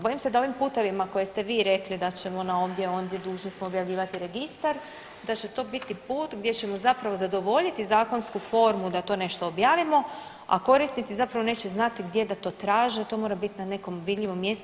Bojim se da ovim putevima koje ste vi rekli da ćemo na ovdje, ondje, dužni smo objavljivati registar da će to biti put gdje ćemo zapravo zadovoljiti zakonsku formu da to nešto objavimo, a korisnici zapravo neće znati gdje da to traže, to mora biti na nekom vidljivom mjesto.